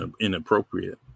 inappropriate